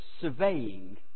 surveying